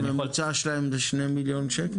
הממוצע שלהם זה 2 מיליון שקל?